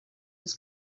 his